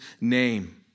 name